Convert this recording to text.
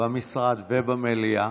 במשרד ובמליאה.